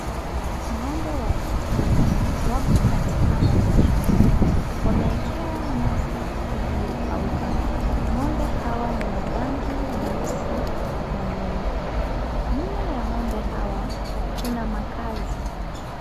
Ng'ombe watano wako katika malishoni wameekewa nyasi iliyokauka. Ng'ombe hawa ni wa rangi nyeusi na nyeupe. Nyuma ya ng'ombe hawa kuna makazi.